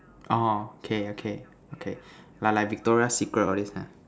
orh okay okay okay like like Victoria secret all these ah